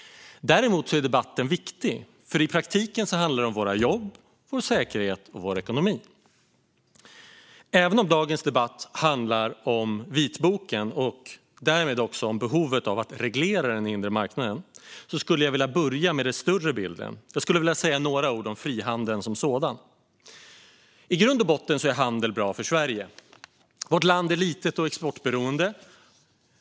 Däremot är den viktig, för i praktiken handlar det om våra jobb, vår säkerhet och vår ekonomi. Även om dagens debatt handlar om vitboken och därmed också om behovet av att reglera den inre marknaden skulle jag vilja börja med den större bilden. Jag skulle vilja säga några ord om frihandeln som sådan. I grund och botten är handel bra för Sverige. Vårt land är litet och exportberoende.